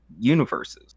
universes